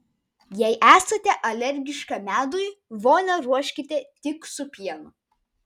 jei esate alergiška medui vonią ruoškite tik su pienu